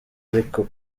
ariko